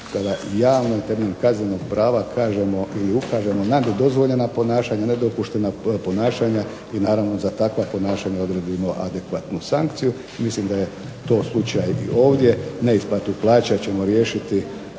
tada javno temeljem kaznenog prava ukažemo na nedozvoljena ponašanja i naravno za takva ponašanja odredimo adekvatnu sankciju, mislim da je to slučaj i ovdje, neisplatu plaća ćemo riješiti